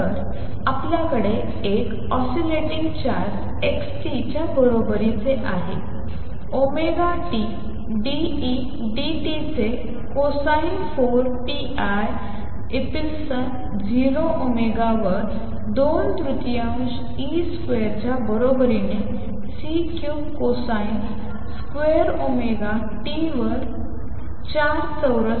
तर आपल्याकडे एक ऑसिलेटिंग चार्ज x t च्या बरोबरीचे आहे omega t d E d t चे कोसाइन 4 pi epsilon 0 ओमेगा वर 2 तृतीयांश ई स्क्वेअरच्या बरोबरीने C cubed cosine square omega t वर 4 चौरस